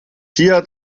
pia